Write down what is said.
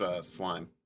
Slime